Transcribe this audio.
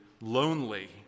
lonely